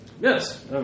Yes